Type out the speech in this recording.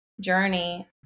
journey